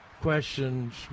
questions